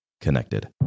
connected